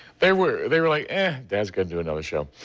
they were they were like ah, gad is going to do another show.